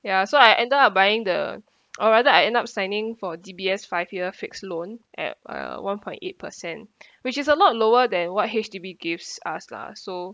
ya so I ended up buying the or rather I end up signing for D_B_S five year fixed loan at uh one point eight percent which is a lot lower than what H_D_B gives us lah so